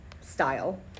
style